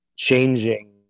Changing